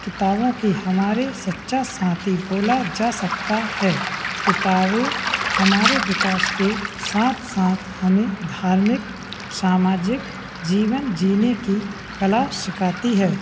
किताबों को हमारा सच्चा साथी बोला जा सकता है किताबें हमारे विकास के साथ साथ हमें धार्मिक सामाजिक जीवन जीने की कला सिखाती है